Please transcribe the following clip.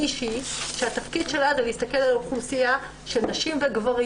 מישהי שהתפקיד שלהם הוא להסתכל על האוכלוסייה של נשים וגברים